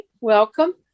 Welcome